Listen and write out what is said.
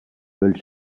veulent